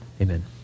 Amen